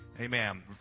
Amen